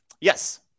Yes